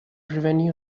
revenue